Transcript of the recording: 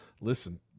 Listen